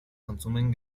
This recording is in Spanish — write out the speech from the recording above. consumen